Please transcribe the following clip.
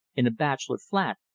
in a bachelor flat,